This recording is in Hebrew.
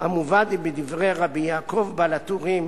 המובא בדברי ר' יעקב בעל הטורים